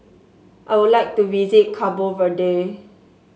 I would like to visit Cabo Verde